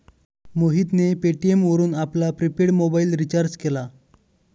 मोहितने पेटीएम वरून आपला प्रिपेड मोबाइल रिचार्ज केला